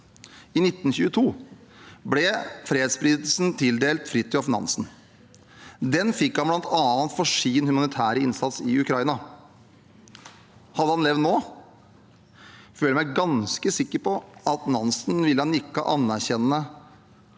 i 1922, ble fredsprisen tildelt Fridtjof Nansen. Den fikk han bl.a. for sin humanitære innsats i Ukraina. Hadde han levd nå, føler jeg meg ganske sikker på at Nansen ville ha nikket anerkjennende